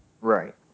Right